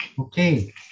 Okay